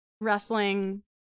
wrestling